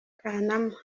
kanama